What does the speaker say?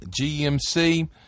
GMC